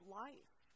life